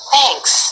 Thanks